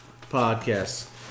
podcasts